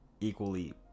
equally